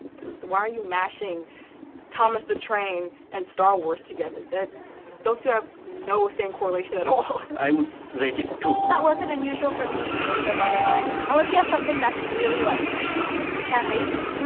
cause why are you mashing thomas the train and star wars together? those two have no same correlation at all. i would rate it two. that wasn't unusual for me. i'd rate it a one again. unless you have something that's really, like you can't phase me. one.